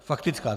Faktická.